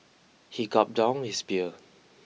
he gulped down his beer